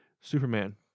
Superman